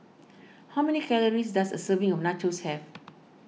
how many calories does a serving of Nachos have